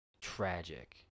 tragic